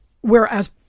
whereas